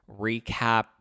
recap